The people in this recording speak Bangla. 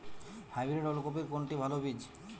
হাইব্রিড ওল কপির কোনটি ভালো বীজ?